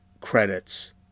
credits